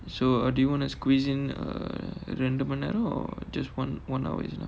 so uh do you want to squeeze in uh ரெண்டு மணி நேரம்:rendu mani neram or just just one hour is enough